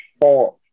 four